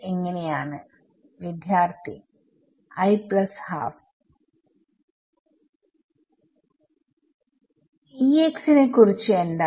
എങ്ങനെ ആണ് നെ കുറിച്ച് എന്താണ്